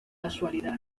casualidad